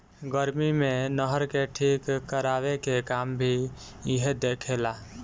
गर्मी मे नहर के ठीक करवाए के काम भी इहे देखे ला